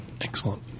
Excellent